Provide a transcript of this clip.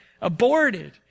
aborted